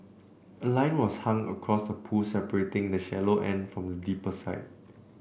a line was hung across the pool separating the shallow end from the deeper side